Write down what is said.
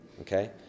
Okay